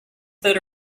that